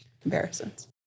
comparisons